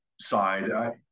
side